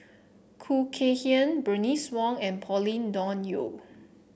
Khoo Kay Hian Bernice Wong and Pauline Dawn Loh